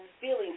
feelings